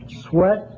sweat